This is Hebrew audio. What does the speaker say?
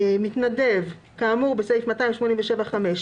יש גם קושי בעיניי בין מי